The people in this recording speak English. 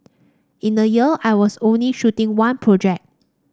in a year I was only shooting one project